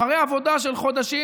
אחרי עבודה של חודשים,